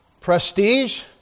prestige